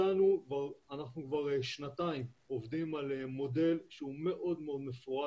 אנחנו כבר שנתיים עובדים על מודל שהוא מאוד מאוד מפורט,